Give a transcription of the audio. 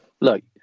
Look